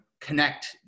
connect